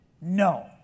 no